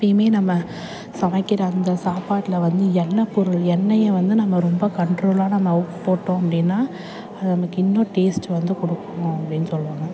எப்போயுமே நம்ம சமைக்கிற அந்த சாப்பாட்டில் வந்து எண்ணெய் பொருள் எண்ணெய்யை வந்து நம்ம ரொம்ப கன்ட்ரோலாக நம்ம போட்டோம் அப்படினா அது நமக்கு இன்னும் டேஸ்ட்டு வந்து கொடுக்கும் அப்படினு சொல்லுவாங்க